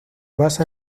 basa